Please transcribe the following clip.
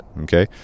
Okay